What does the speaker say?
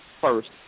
first